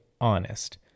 honest